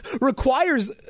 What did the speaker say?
requires